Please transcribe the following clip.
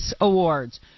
awards